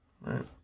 Right